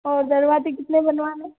और दरवाज़े कितने बनवाने हैं